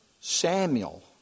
Samuel